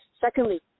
Secondly